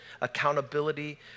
accountability